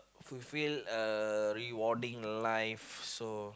fulfill uh rewarding the life so